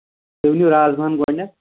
رازماہن گۄڈٕنٮ۪تھ